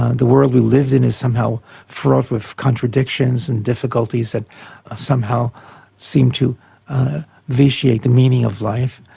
ah the world we live in is somehow fraught with contradictions and difficulties that somehow seem to vitiate the meaning of life,